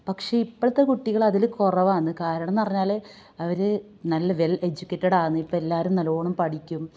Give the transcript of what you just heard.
പക്ഷേ ഇപ്പോഴത്തെ കുട്ടികളതിൽ കുറവാന്ന് കാരണംന്നറഞ്ഞാൽ അവർ നല്ല വെല് എജ്യൂക്കേറ്റഡാന്നിപ്പോയെല്ലാരും നല്ലോണം പഠിക്കും